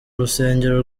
rusengero